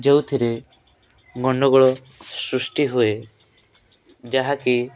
ଯେଉଁଥିରେ ଗଣ୍ଡଗୋଳ ସୃଷ୍ଟି ହୁଏ ଯାହାକି